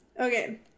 Okay